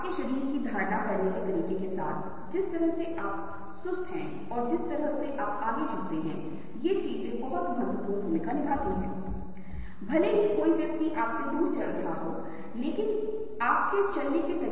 आप में से कुछ कहेंगे की वह कृत्रिम उपकरण चश्मा है लेकिन आप में से अधिकांश इस तथ्य को याद कर सकते हैं कि मैंने बाएं हाथ का माइक्रोफोन पहना हुआ है यहां पर जिसे कभी कभी आप देख सकते हैं तो आप इसे याद नही किया होगा